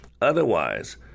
Otherwise